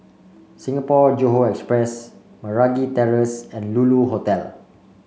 Singapore Johore Express Meragi Terrace and Lulu Hotel